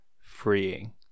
freeing